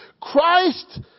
Christ